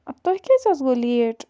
اَدٕ تۄہہِ کیٛازِ حظ گوٚو لیٹ